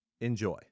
Enjoy